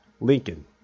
Lincoln